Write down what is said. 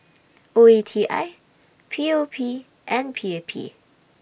O E T I P O P and P A P